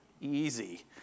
easy